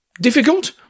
difficult